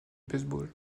baseball